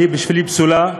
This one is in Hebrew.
בשבילי היא פסולה,